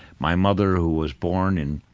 my mother who was born in,